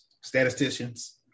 Statisticians